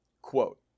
Quote